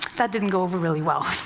that didn't go over really well.